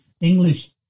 English